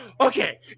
Okay